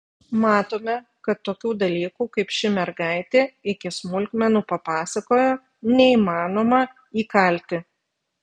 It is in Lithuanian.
matome kad tokių dalykų kaip ši mergaitė iki smulkmenų papasakojo neįmanoma įkalti